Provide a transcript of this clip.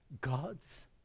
God's